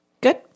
Good